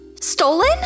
stolen